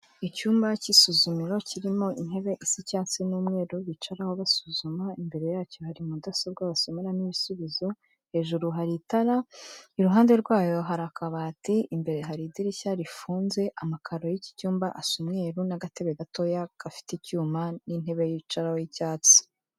Icyumba cy'isuzumiro, kirimo intebesa icyasi n'umweru bicaraho basuzuma, imbere yacyo hari mudasobwa basomeramo ibisubizo, hejuru hari itara, iruhande rwayo hari akabati, imbere hari idirishya rifunze, amakaro y'iki cyumba asa umweru n'agatebe gatoya gafite icyuma n'intebe yicaraho y'icyatsi.